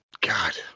God